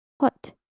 hot